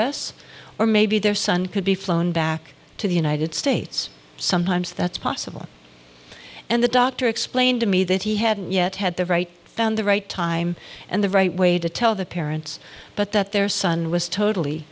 us or maybe their son could be flown back to the united states sometimes that's possible and the doctor explained to me that he hadn't yet had the right found the right time and the right way to tell the parents but that their son was totally